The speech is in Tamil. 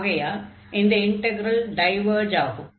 ஆகையால் இந்த இன்டக்ரல் டைவர்ஜ் ஆகும்